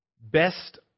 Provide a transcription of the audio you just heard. best